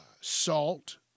salt